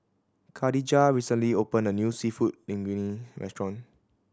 Khadijah recently opened a new Seafood Linguine Restaurant